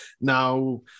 Now